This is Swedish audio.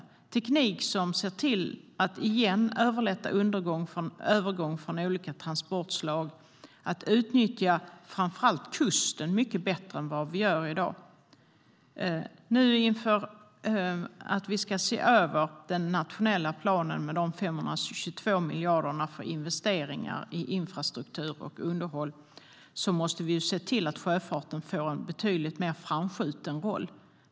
Det ska vara teknik som ser till att underlätta övergång från olika transportslag och utnyttja framför allt kusten mycket bättre än vi gör i dag. Inför att vi ska se över den nationella planen med de 522 miljarderna till investeringar i infrastruktur och underhåll måste vi se till att sjöfarten får en betydligt mer framskjuten roll.